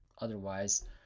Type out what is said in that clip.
otherwise